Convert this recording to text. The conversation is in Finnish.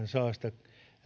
saa sitä